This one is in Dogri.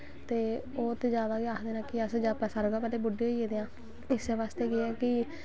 ते ओह् ते जादा गै आखदे नै अस बुड्डे होई गेदे आं इस्सै बास्तै केह् ऐ कि